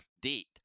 date